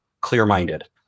clear-minded